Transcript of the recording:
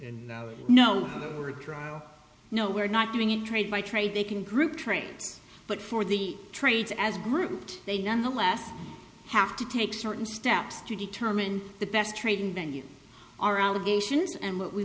in no or trial no we're not doing a trade by trade they can group trades but for the trades as grouped they nonetheless have to take certain steps to determine the best trading then you are allegations and what we